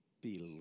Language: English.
Believe